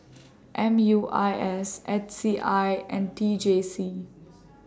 M U I S H C I and T J C